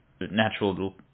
natural